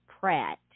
Pratt